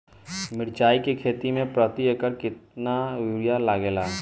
मिरचाई के खेती मे प्रति एकड़ केतना यूरिया लागे ला?